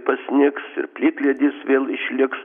pasnigs ir plikledis vėl išliks